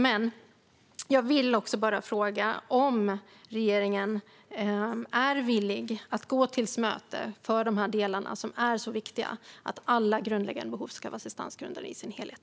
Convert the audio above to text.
Men jag vill också fråga om regeringen är villig att gå oss till mötes i de delar som är så viktiga, nämligen att alla grundläggande behov ska vara assistansberättigade i sin helhet.